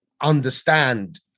understand